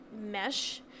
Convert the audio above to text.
mesh